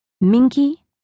Minky